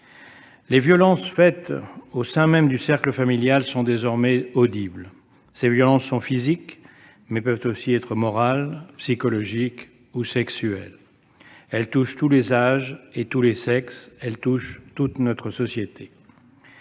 Les violences infligées au sein même du cercle familial sont désormais audibles. Elles peuvent être physiques, mais aussi morales, psychologiques ou encore sexuelles. Elles touchent tous les âges et tous les sexes ; elles touchent toute notre société.